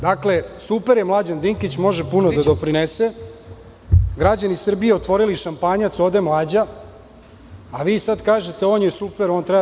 Dakle, super je Mlađan Dinkić, može puno da doprinese, građani Srbije otvorili šampanjac, ode Mlađa, a vi sad kažete - on je super on nam treba.